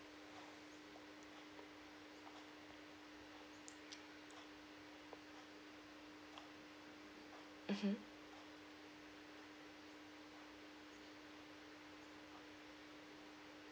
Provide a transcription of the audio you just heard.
mmhmm